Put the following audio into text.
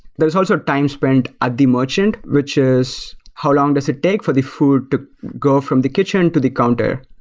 there's also time spent at the merchant, which is how long does it take for the food to go from the kitchen to the counter.